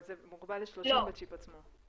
אבל זה מוגבל ל-30 בשיפ עצמו.